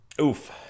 Oof